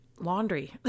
Laundry